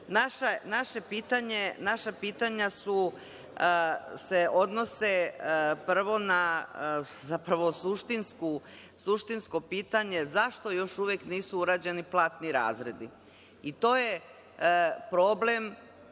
Naša pitanja se odnose, zapravo suštinsko pitanje je zašto još uvek nisu urađeni platni razredi? To je problem